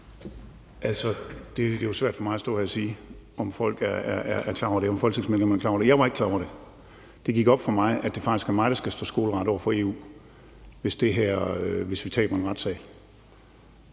Det er jo svært for mig at stå her og sige, om folketingsmedlemmerne er klar over det. Jeg var ikke klar over det. Det gik op for mig, at det faktisk er mig, der skal stå skoleret over for EU, hvis vi taber en retssag.